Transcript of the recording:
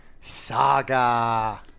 Saga